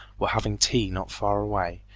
were having tea not far away,